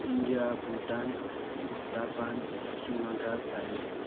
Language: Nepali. India Bhutan Japan Sri Lanka China